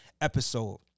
episode